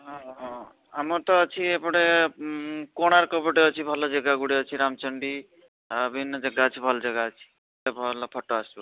ହଁ ହଁ ଆମର ତ ଅଛି ଏପଟେ କୋଣାର୍କ ପଟେ ଅଛି ଭଲ ଯାଗା ଗୁଡ଼ାଏ ଅଛି ରାମଚଣ୍ଡୀ ବିଭିନ୍ନ ଯାଗା ଅଛି ଭଲ ଯାଗା ଅଛି ଭଲ ଫଟୋ ଆସିବ